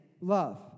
love